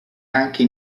anche